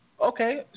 Okay